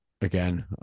again